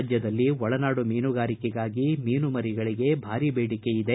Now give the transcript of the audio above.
ರಾಜ್ಯದಲ್ಲಿ ಒಳನಾಡು ಮೀನುಗಾರಿಕೆಗಾಗಿ ಮೀನು ಮರಿಗಳಿಗೆ ಭಾರೀ ಬೇಡಿಕೆ ಇದೆ